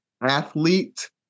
athlete